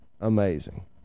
amazing